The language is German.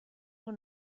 und